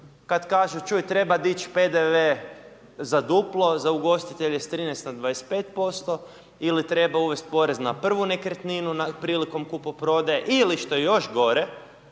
kad kažu čuj dić PDV za duplo za ugostitelje s 13 na 25%, ili treba uvest porez na prvu nekretninu prilikom kupoprodaje, ili što je još gore